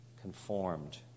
conformed